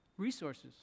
resources